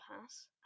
pass